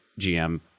GM